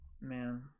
Man